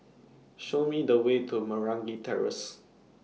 Show Me The Way to Meragi Terrace